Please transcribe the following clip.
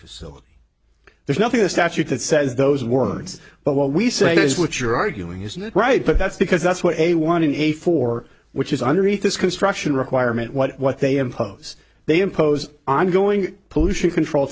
so there's nothing a statute that says those words but what we say is what you're arguing is not right but that's because that's what a one in a for which is underneath this construction requirement what they impose they impose on going pollution control